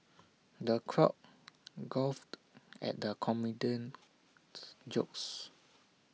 the crowd guffawed at the comedian's jokes